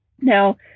Now